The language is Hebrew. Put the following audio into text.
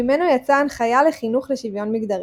ממנו יצאה הנחיה לחינוך לשוויון מגדרי.